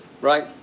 Right